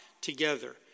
together